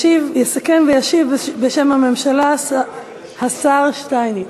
יסכם וישיב בשם הממשלה השר שטייניץ.